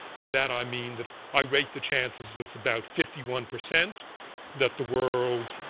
by that i mean that i rate the chances as about fifty one percent that the world